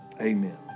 amen